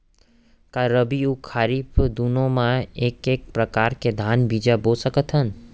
का रबि अऊ खरीफ दूनो मा एक्के प्रकार के धान बीजा बो सकत हन?